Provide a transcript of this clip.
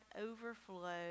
overflow